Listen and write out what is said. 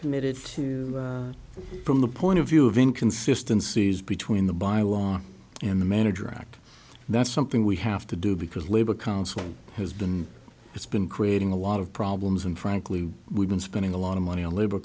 committed to from the point of view of inconsistency is between the by laws in the manager act that's something we have to do because labor council has been it's been creating a lot of problems and frankly we've been spending a lot of money on labor